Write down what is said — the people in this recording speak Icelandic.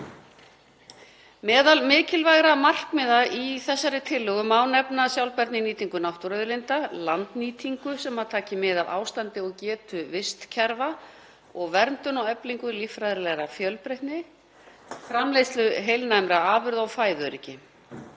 Meðal mikilvægra markmiða í tillögunni má nefna sjálfbærni í nýtingu náttúruauðlinda, landnýtingu sem taki mið af ástandi og getu vistkerfa og verndun og eflingu líffræðilegrar fjölbreytni, framleiðslu heilnæmra afurða og fæðuöryggi.